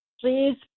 please